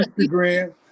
Instagram